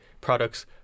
products